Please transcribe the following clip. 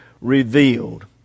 revealed